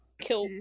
kill